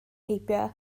heibio